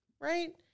right